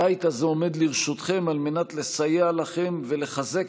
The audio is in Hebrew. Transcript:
הבית הזה עומד לרשותכם על מנת לסייע לכם ולחזק